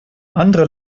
andere